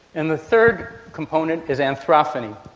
and the third component is anthrophony,